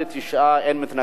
תשעה בעד, אין מתנגדים.